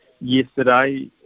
yesterday